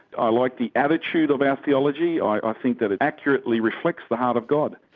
i like the attitude of our theology, i think that it accurately reflects the heart of god.